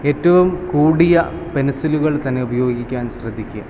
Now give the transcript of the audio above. ഏറ്റവും കൂടിയ പെൻസിലുകൾ തന്നെ ഉപയോഗിക്കുവാൻ ശ്രദ്ധിക്കുക